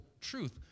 truth